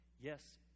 Yes